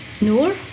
Noor